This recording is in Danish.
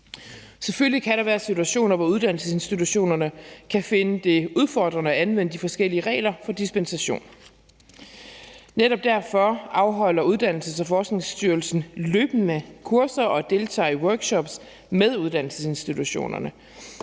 Selvfølgelig kan der være situationer, hvor uddannelsesinstitutionerne kan finde det udfordrende at anvende de forskellige regler for dispensation. Netop derfor afholder Uddannelses- og Forskningsstyrelsen løbende kurser og deltager i workshops med uddannelsesinstitutionerne.